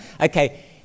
okay